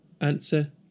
Answer